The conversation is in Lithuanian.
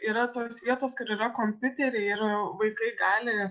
yra tos vietos kur yra kompiuteriai ir vaikai gali